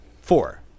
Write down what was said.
Four